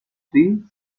three